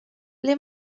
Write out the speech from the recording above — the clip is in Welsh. ble